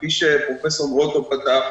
כפי שפרופסור גרוטו פתח.